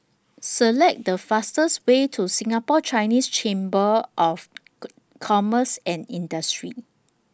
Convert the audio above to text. Select The fastest Way to Singapore Chinese Chamber of Commerce and Industry